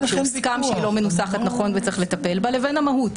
שהוסכם שהיא לא מנוסחת נכון וצריך לטפל בה לבין המהות.